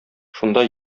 шунда